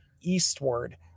eastward